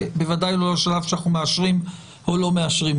ובוודאי לא לשלב שאנחנו מאשרים או לא מאשרים.